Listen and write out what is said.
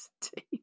team